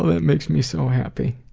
that makes me so happy.